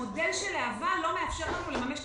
המודל של להב"ה לא מאפשר לנו לממש את